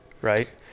Right